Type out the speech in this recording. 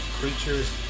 creatures